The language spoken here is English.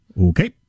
Okay